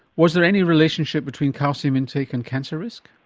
was there any relationship between calcium intake and cancer risk?